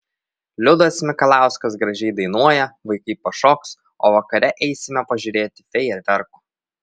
liudas mikalauskas gražiai dainuoja vaikai pašoks o vakare eisime pažiūrėti fejerverkų